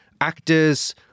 actors